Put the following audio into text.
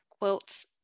quilts